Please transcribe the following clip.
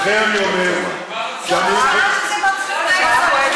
לכן אני אומר, אנחנו ב-23:00.